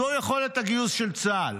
זאת יכולת הגיוס של צה"ל.